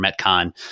Metcon